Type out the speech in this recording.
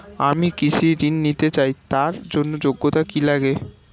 আমি কৃষি ঋণ নিতে চাই তার জন্য যোগ্যতা কি লাগে?